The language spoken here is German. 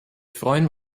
freuen